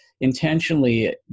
Intentionally